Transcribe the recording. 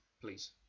please